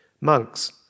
Monks